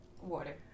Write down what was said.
Water